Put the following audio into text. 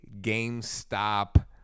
GameStop